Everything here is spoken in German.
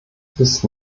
ist